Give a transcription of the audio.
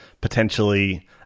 potentially